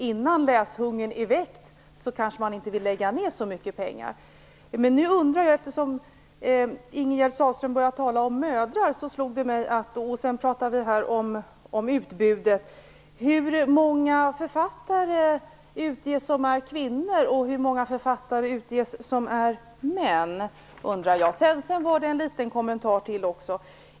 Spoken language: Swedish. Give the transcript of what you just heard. Innan läshungern är väckt vill man kanske inte lägga ner så mycket pengar. Eftersom Ingegerd Sahlström började tala om mödrar undrar jag: Hur många författare som utges är det som är kvinnor och hur många författare som utges är det som är män? Sedan har jag ytterligare en liten kommentar.